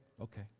okay